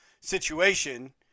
situation